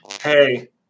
Hey